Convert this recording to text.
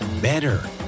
better